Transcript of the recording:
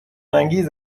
انگیز